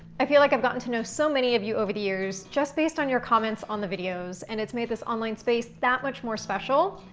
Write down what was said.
i feel like i've gotten to know so many of you over the years just based on your comments on the videos. and it's made this online space that much more special,